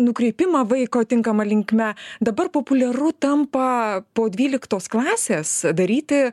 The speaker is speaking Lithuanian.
nukreipimą vaiko tinkama linkme dabar populiaru tampa po dvyliktos klasės daryti